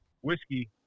whiskey